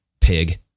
pig